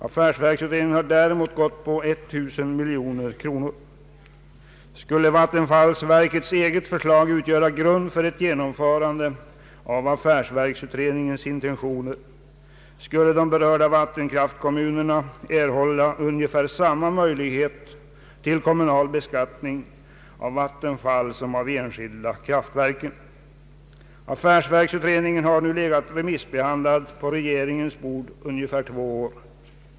Affärsverksutredningen har däremot föreslagit 1000 miljoner kronor. Om vattenfallsverkets eget förslag fick utgöra grund för ett genomförande av affärsverksutredningens intentioner, skulle de berörda vattenkraftkommunerna erhålla ungefär samma möjlighet till kommunal beskattning av Vattenfall som av de enskilda kraftverken. Affärsverksutredningen har nu legat remissbehandlad på regeringens bord i ungefär två år.